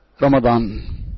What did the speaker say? Ramadan